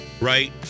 right